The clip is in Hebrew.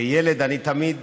כילד אני תמיד